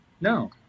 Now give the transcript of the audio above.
No